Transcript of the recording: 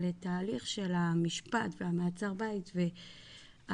אבל את ההליך של המשפט והמעצר בית והתקופה